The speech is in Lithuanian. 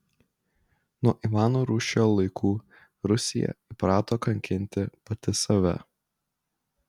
nuo ivano rūsčiojo laikų rusija įprato kankinti pati save